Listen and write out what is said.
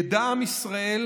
ידע עם ישראל,